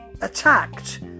attacked